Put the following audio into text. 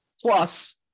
Plus